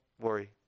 worry